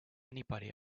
anybody